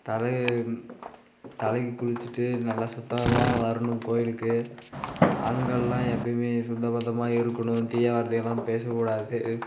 தலைய தலைக்கு குளிச்சுட்டு நல்லா சுத்தமாக வரணும் கோயிலுக்கு ஆண்களெலாம் எப்பேயுமே சுத்தபத்தமாக இருக்கணும் தீய வார்த்தைகளாம் பேசக்கூடாது